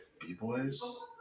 B-boys